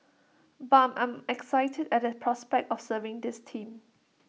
but I'm excited at the prospect of serving this team